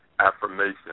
affirmation